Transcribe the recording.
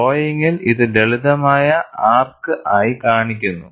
ഡ്രോയിംഗിൽ ഇത് ലളിതമായ ആർക്ക് ആയി കാണിക്കുന്നു